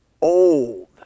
old